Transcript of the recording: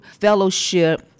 fellowship